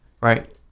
right